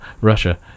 Russia